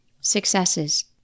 Successes